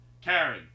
Karen